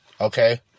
Okay